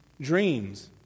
dreams